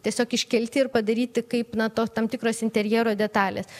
tiesiog iškelti ir padaryti kaip na to tam tikros interjero detalės